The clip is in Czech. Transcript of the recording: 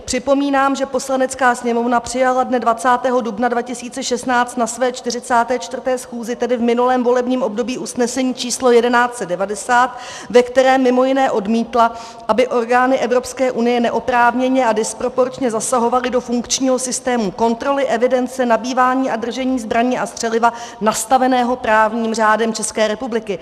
Připomínám, že Poslanecká sněmovna přijala dne 20. dubna 2016 na své 44. schůzi, tedy v minulém volebním období, usnesení číslo 1190, ve kterém mimo jiné odmítla, aby orgány Evropské unie neoprávněně a disproporčně zasahovaly do funkčního systému kontroly, evidence, nabývání a držení zbraní a střeliva nastaveného právním řádem České republiky.